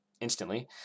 instantly